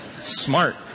Smart